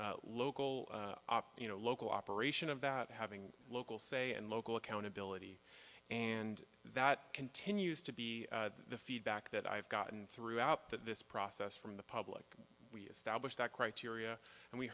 local you know local operation of that having local say and local accountability and that continues to be the feedback that i've gotten throughout this process from the public we establish that criteria and we